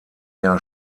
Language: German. jahr